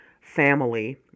family